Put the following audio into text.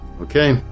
Okay